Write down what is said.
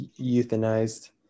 euthanized